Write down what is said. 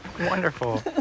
Wonderful